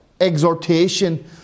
exhortation